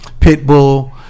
Pitbull